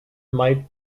might